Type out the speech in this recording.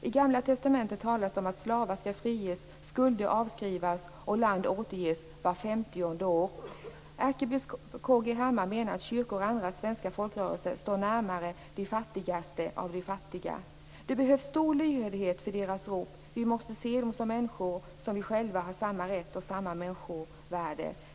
I Gamla testamentet talas det om att slavar skall friges, skulder avskrivas och land återges vart femtionde år. Ärkebiskop K G Hammar menar att kyrkor och andra svenska folkrörelser står närmare de fattigaste av de fattiga. Det behövs stor lyhördhet för deras rop. Vi måste se dem som människor som vi själva, med samma rätt och samma människovärde.